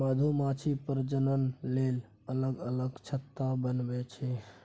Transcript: मधुमाछी प्रजनन लेल अलग अलग छत्ता बनबै छै